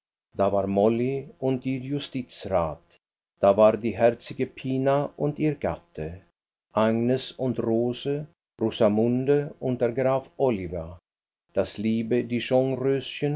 da war molly und ihr justizrat da war die herzige pina und ihr gatte agnes und rose rosamunde und der graf oliva das liebe dijon röschen